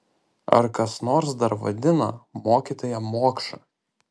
ar kas nors dar vadina mokytoją mokša